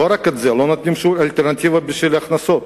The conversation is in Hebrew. לא רק זה, לא נותנים שום אלטרנטיבות בשביל הכנסות